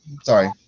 Sorry